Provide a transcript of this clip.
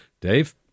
Dave